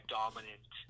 dominant